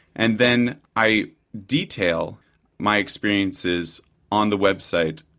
and then i detail my experiences on the website,